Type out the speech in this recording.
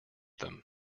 them